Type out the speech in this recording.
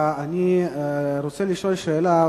אני רוצה לשאול שאלה,